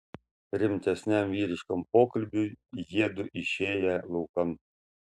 rimtesniam vyriškam pokalbiui jiedu išėję laukan